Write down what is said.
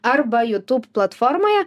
arba youtube platformoje